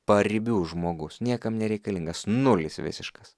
paribių žmogus niekam nereikalingas nulis visiškas